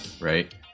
right